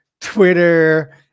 Twitter